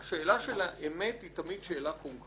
"הפוליטיקאי" זו מילה גסה?